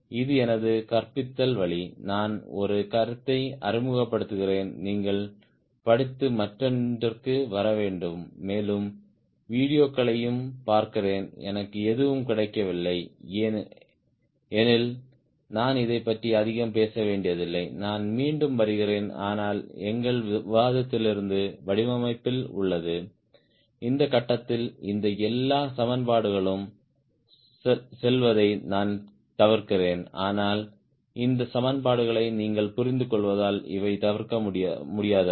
இது எனது கற்பித்தல் வழி நான் ஒரு கருத்தை அறிமுகப்படுத்துகிறேன் நீங்கள் படித்து மன்றத்திற்கு வர வேண்டும் மேலும் வீடியோக்களையும் பார்க்கிறேன் எனக்கு எதுவும் கிடைக்கவில்லை எனில் நான் இதைப் பற்றி அதிகம் பேச வேண்டியதில்லை நான் மீண்டும் வருகிறேன் ஆனால் எங்கள் விவாதத்திலிருந்து வடிவமைப்பில் உள்ளது இந்த கட்டத்தில் இந்த எல்லா சமன்பாடுகளுக்கும் செல்வதை நான் தவிர்க்கிறேன் ஆனால் இந்த சமன்பாடுகளை நீங்கள் புரிந்துகொள்வதால் இவை தவிர்க்க முடியாதவை